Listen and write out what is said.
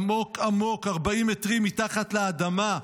עמוק עמוק, 40 מטרים מתחת לאדמה.